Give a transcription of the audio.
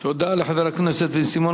תודה לחבר הכנסת בן-סימון.